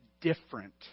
different